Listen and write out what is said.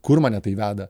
kur mane tai veda